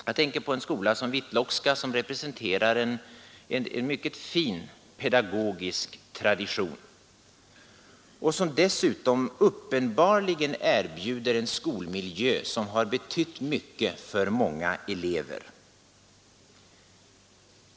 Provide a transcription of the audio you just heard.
Jag tänker på en skola som Whitlockska som representerar en mycket fin pedagogisk tradition och som dessutom uppenbarligen erbjuder en skolmiljö som betytt mycket för många elever.